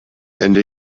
ende